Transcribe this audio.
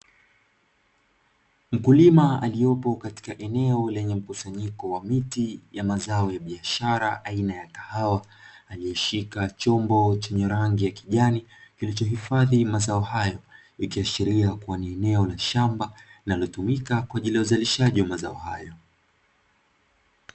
Mkulima aliyepo katika eneo lenye mkusanyiko wa miti ya mazao ya biashara aina ya kahawa, aliyeshika chombo chenye rangi ya kijani kilichohifadhi mazao hayo, ikiashiria kuwa ni eneo la shamba linalotumika kwa ajili ya uzalishaji wa mazao hayo.